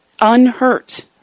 Unhurt